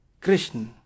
krishna